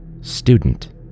Student